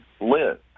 live